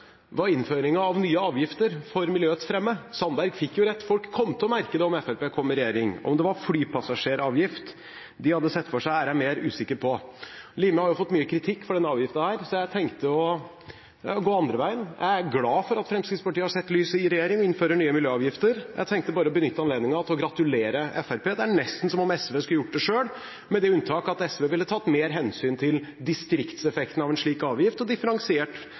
var innføring av nye avgifter for miljøets fremme. Sandberg fikk rett, folk kom til å merke det om Fremskrittspartiet kom i regjering. Om det var flypassasjeravgift de hadde sett for seg, er jeg mer usikker på. Limi har jo fått mye kritikk for denne avgiften her, så jeg tenkte å gå andre veien. Jeg er glad for at Fremskrittspartiet har sett lyset i regjering og innfører nye miljøavgifter. Jeg tenkte bare å benytte anledningen til å gratulere Fremskrittspartiet. Det er nesten som om SV skulle gjort det selv, med det unntak at SV ville tatt mer hensyn til distriktseffekten av en slik avgift og differensiert